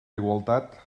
igualtat